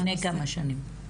לפני כמה שנים?